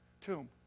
tomb